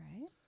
right